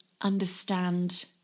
understand